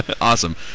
awesome